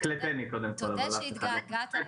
קודם כל באמת תודה על